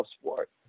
sport